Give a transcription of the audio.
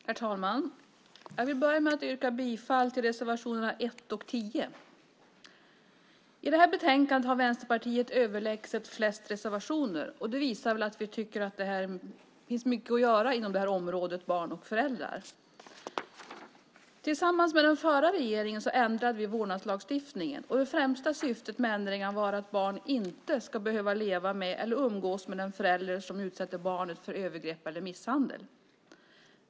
Herr talman! Jag vill börja med att yrka bifall till reservationerna 1 och 10. I det här betänkandet har Vänsterpartiet överlägset flest reservationer. Det visar att vi tycker att det finns mycket att göra på området barn och föräldrar. Tillsammans med den förra regeringen ändrade vi vårdnadslagstiftningen. Det främsta syftet med ändringen var att barn inte ska behöva leva med eller umgås med den förälder som utsätter barnet för övergrepp eller misshandel.